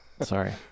Sorry